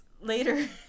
later